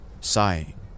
Sighing